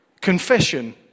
Confession